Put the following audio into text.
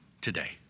today